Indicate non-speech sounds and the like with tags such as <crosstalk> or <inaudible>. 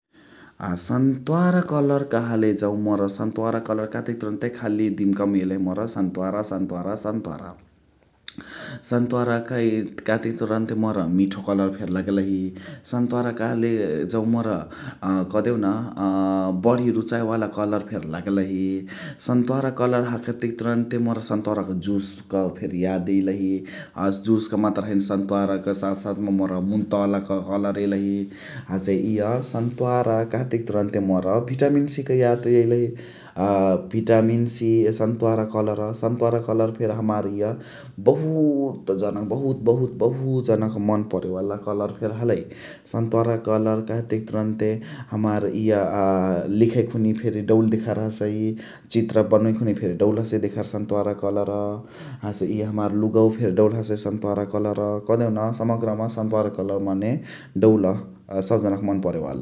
आ सम्तोवार कलर कहले जउ मोरा सम्तोवार कलर कहतेक तुरुन्ते खाली दिम्काउ मा यइलही मोर सम्तोवार सम्तोवार सम्तोवार । <noise> सम्तोवार <unintelligible> कहतेक तुरुन्ते मोरा मिठो कलर फेरी लग्लही । सम्तोवार कहले जउ मोरा <hesitation> कह्देउन <hesitation> बणी रुचाय वाला करल फेरी लग्लही । सम्तोवार कलर हखतेक तुरुन्ते मोरा सम्तोवारा क जुस क फेरी याद यइलही । जुस क मतरे हइने सम्तोवारा क साथ साथ मा मोरा मुन्तोवाल क करल यइलही । हसे इय सम्तोवारा कहतेक तुरुन्ते मोरा बिटामिन सि क याद यइलही । <unintelligible> बिटामिन सि सम्तोवारा करल सम्तोवारा करल फेर हमार इय बहुत जन क बहुत बहुत बहुत जनक मान परेवाला फेरी हलइ । सम्तोवारा करल कहतेक तुरुन्ते हमार इय <unintelligible> लिखइ खुनिया फेरी दउल देखार हसइ चित्तर बनोइ खुनिया फेरी दउल देखार हसइ सम्तोवारा करल । हसे इय हमार लुगवा फेरी दउल हसइ सम्तोवारा करल कह्देउन समगर्ह म सम्तोवारा करल मने दउल सब जन क मान परेवाला ।